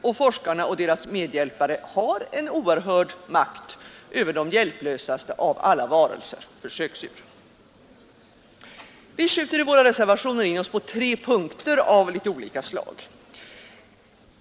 Och forskarna och deras medhjälpare har en oerhörd makt över de hjälplösaste av alla varelser, försöksdjuren. Vi skjuter i våra reservationer in oss på tre punkter av något olika slag.